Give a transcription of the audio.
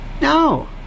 No